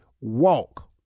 walk